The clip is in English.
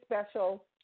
special